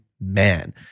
man